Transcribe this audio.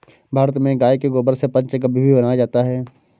भारत में गाय के गोबर से पंचगव्य भी बनाया जाता है